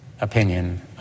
opinion